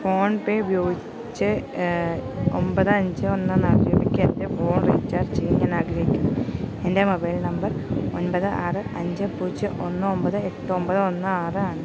PhonePe ഉപയോഗിച്ച് ഒമ്പത് അഞ്ച് ഒന്ന് നാല് രൂപയ്ക്ക് എൻ്റെ ഫോൺ റീചാർജ് ചെയ്യാൻ ഞാൻ ആഗ്രഹിക്കുന്നു എൻ്റെ മൊബൈൽ നമ്പർ ഒമ്പത് ആറ് അഞ്ച് പൂജ്യം ഒന്ന് ഒമ്പത് എട്ട് ഒമ്പത് ഒന്ന് ആറ് ആണ്